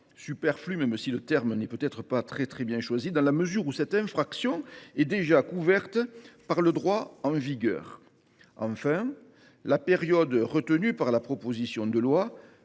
superflue – le terme est sans doute mal choisi –, dans la mesure où cette infraction est déjà couverte par le droit en vigueur. Enfin, la période retenue dans la proposition de loi,